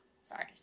sorry